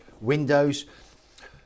Windows